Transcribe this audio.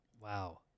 wow